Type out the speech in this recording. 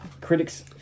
critics